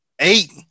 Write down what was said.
eight